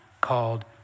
called